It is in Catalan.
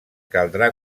caldrà